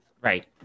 Right